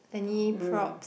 any probs